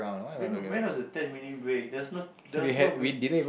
when when was the ten minute break there's no there's no break